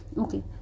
Okay